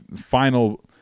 final